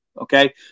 Okay